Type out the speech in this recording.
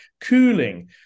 cooling